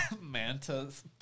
Manta's